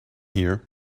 here